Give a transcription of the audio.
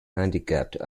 handicapped